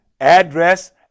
address